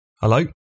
Hello